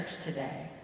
today